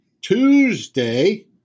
Tuesday